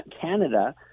Canada